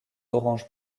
orange